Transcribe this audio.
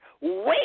Wait